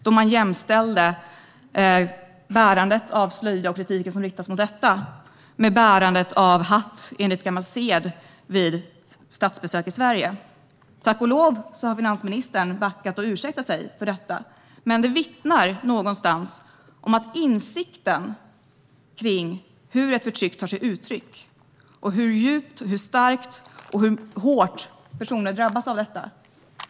Där jämställdes slöjbärandet och kritiken mot detta med att man i Sverige enligt gammal sed bär hatt vid statsbesök. Tack och lov backade finansministern och bad om ursäkt för detta. Det vittnar dock någonstans om att en insikt saknas om hur ett förtryck tar sig uttryck och hur djupt, starkt och hårt personer drabbas av det.